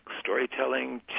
storytelling